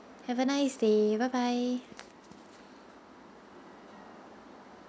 have a nice day bye bye